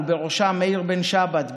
ובראשם מאיר בן שבת,